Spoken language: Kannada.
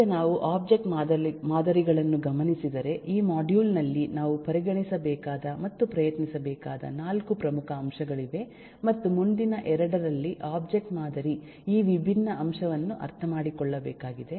ಈಗ ನಾವು ಒಬ್ಜೆಕ್ಟ್ ಮಾದರಿಗಳನ್ನು ಗಮನಿಸಿದರೆ ಈ ಮಾಡ್ಯೂಲ್ ನಲ್ಲಿ ನಾವು ಪರಿಗಣಿಸಬೇಕಾದ ಮತ್ತು ಪ್ರಯತ್ನಿಸಬೇಕಾದ ನಾಲ್ಕು ಪ್ರಮುಖ ಅಂಶಗಳಿವೆ ಮತ್ತು ಮುಂದಿನ 2 ರಲ್ಲಿ ಒಬ್ಜೆಕ್ಟ್ ಮಾದರಿ ಈ ವಿಭಿನ್ನ ಅಂಶವನ್ನು ಅರ್ಥಮಾಡಿಕೊಳ್ಳಬೇಕಾಗಿದೆ